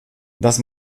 das